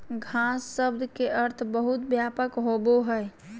घास शब्द के अर्थ बहुत व्यापक होबो हइ